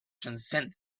transcend